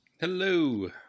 Hello